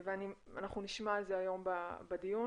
ואנחנו נשמע על זה היום בדיון.